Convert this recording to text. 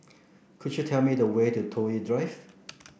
could you tell me the way to Toh Yi Drive